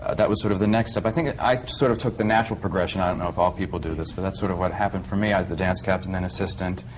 that was sort of the next step. i think ah i sort of took the natural progression. i don't know if all people do this, but that's sort of what happened for me. i was the dance captain, then assistant.